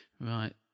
Right